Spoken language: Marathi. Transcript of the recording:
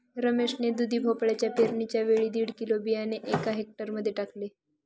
रमेश ने दुधी भोपळ्याच्या पेरणीच्या वेळी दीड किलो बियाणे एका हेक्टर मध्ये टाकले